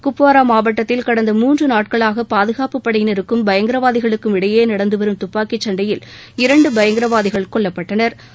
குப்வாரா மாவட்டத்தில் கடந்த மூன்று நாட்களாக பாதுகாப்பு படையினருக்ககும் பயங்கரவாதிகளுக்கும் இடையே நடந்து வரும் துப்பாக்கி சண்டையில் இரண்டு பயங்கரவாதிகள் கொல்லப்பட்டனா்